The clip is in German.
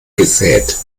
gesät